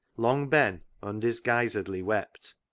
long ben undisguisedly wept,